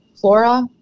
flora